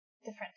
different